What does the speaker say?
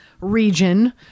region